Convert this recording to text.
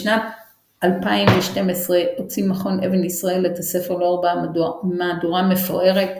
בשנת 2012 הוציא מכון "אבן ישראל" את הספר לאור במהדורה מפוארת,